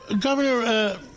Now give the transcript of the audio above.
Governor